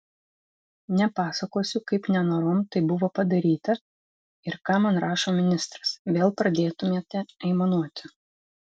nepasakosiu kaip nenorom tai buvo padaryta ir ką man rašo ministras vėl pradėtumėte aimanuoti